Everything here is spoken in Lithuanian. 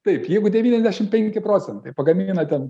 taip jeigu devyniasdešim penki procentai pagamina ten